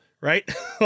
Right